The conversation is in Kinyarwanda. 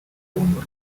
rumba